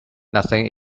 nothing